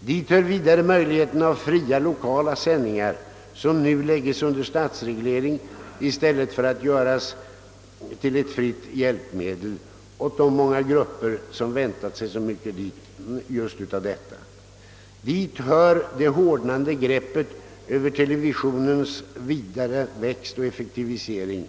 Dit hör vidare möjligheterna till fria lokala sändningar, vilka nu läggs under statsreglering i stället för att göras till ett fritt hjälpmedel för de många grupper som väntat sig så mycket härav. Dit hör det hårdnande greppet över televisionens vidare växt och effektivisering.